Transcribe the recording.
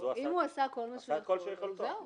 אם הוא עשה את כל מה שהוא יכול אז זהו.